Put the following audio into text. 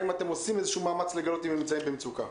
האם אתם עושים איזשהו מאמץ לגלות אם הם נמצאים במצוקה?